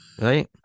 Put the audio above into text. Right